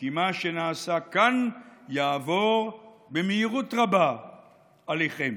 כי מה שנעשה כאן יעבור במהירות רבה אליכם.